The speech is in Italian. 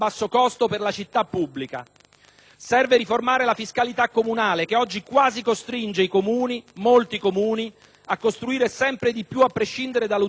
serve riformare la fiscalità comunale che oggi quasi costringe molti Comuni a costruire sempre di più a prescindere dall'utilità sociale del nuovo costruito.